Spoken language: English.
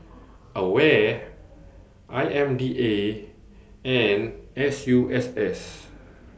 AWARE I M D A and S U S S